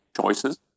choices